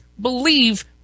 believe